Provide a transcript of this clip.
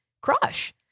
crush